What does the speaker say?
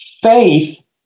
Faith